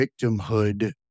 victimhood